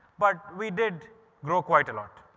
but we did grow quite a lot.